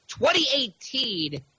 2018